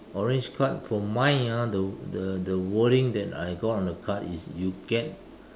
orange card for mine ah the the the wording that I got on the card is you get